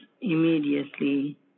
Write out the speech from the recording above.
immediately